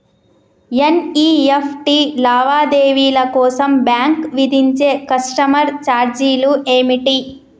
NEFT లావాదేవీల కోసం bank విధించే కస్టమర్ ఛార్జీలు ఏమిటి?